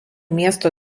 miesto